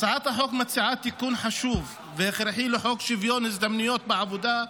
הצעת החוק מציעה תיקון חשוב והכרחי לחוק שוויון הזדמנויות בעבודה,